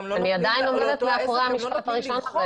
אני עדיין עומדת מאחורי המשפט הראשון,